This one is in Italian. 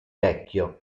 vecchio